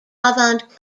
avant